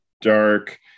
dark